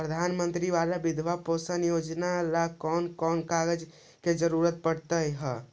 प्रधानमंत्री बाला बिधवा पेंसन योजना ल कोन कोन कागज के जरुरत पड़ है?